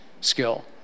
skill